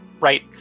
right